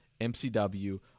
mcw